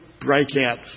breakout